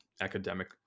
academic